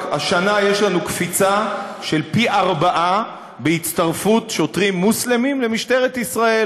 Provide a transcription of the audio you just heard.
השנה יש לנו קפיצה של פי ארבעה בהצטרפות שוטרים מוסלמים למשטרת ישראל.